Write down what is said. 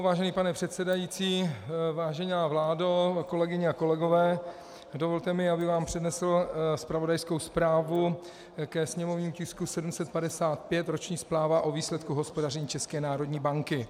Vážený pane předsedající, vážená vládo, kolegyně a kolegové, dovolte mi, abych vám přednesl zpravodajskou zprávu ke sněmovnímu tisku 755, roční zpráva o výsledku hospodaření České národní banky.